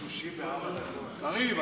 קריב,